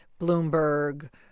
Bloomberg